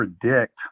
predict